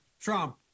Trump